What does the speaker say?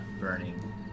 burning